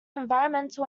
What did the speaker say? environmental